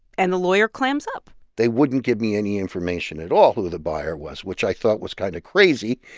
and the lawyer clams up they wouldn't give me any information at all who the buyer was, which i thought was kind of crazy.